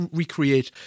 recreate